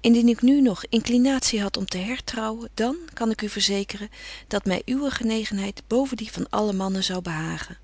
indien ik nu nog inclinatie had om te hertrouwen dan kan ik u verzekeren dat my uwe genegenheid boven die van alle mannen zou behagen